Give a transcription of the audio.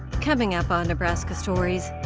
coming up on nebraska stories,